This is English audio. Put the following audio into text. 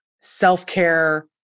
self-care